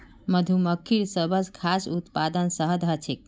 मधुमक्खिर सबस खास उत्पाद शहद ह छेक